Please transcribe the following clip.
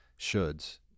shoulds